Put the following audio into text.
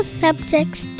subjects